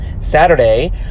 Saturday